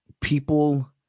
people